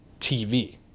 TV